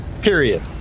Period